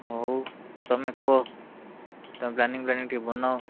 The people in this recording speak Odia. ହଉ ତମେ କୁହ ତମେ ପ୍ଳାନିଙ୍ଗ ଫ୍ଲାନିଙ୍ଗି ଟିକେ ବନାଅ